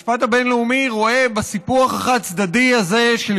המשפט הבין-לאומי רואה בסיפוח החד-צדדי הזה של